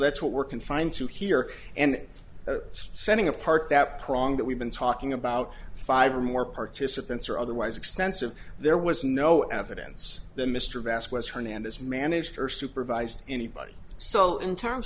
that's what we're confined to here and sending a part that prong that we've been talking about five or more participants or otherwise expensive there was no evidence that mr bass was hernandez managed her supervised anybody so in terms